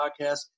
podcast